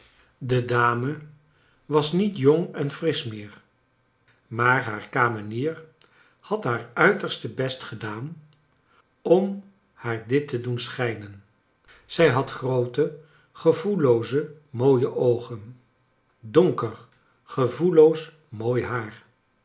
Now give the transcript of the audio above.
de dame was niet jong en frisch meer maar haar kamenier had haar uiterste best gedaan om haar dit te doen schijnen zij had groote gevoellooze mooie oogen donker gevoelioos mooi haar